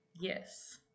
Yes